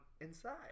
inside